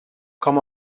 com